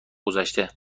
گذشته